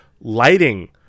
lighting